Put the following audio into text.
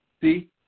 See